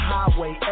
Highway